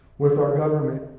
with our government,